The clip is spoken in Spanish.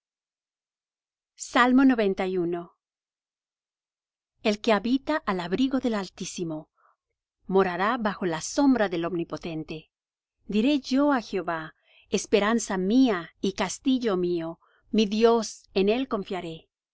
confirma el que habita al abrigo del altísimo morará bajo la sombra del omnipotente diré yo á jehová esperanza mía y castillo mío mi dios en él confiaré